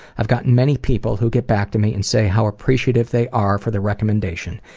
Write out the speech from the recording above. i've gotten many people who get back to me and say how appreciative they are for the recommendation.